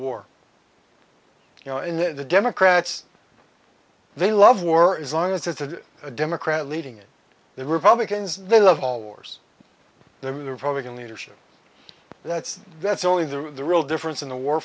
war you know in the democrats they love war is wrong as is the democrat leading it the republicans they love all wars the republican leadership that's that's only the the real difference in the war